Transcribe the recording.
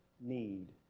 need